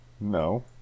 no